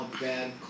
bad